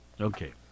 Okay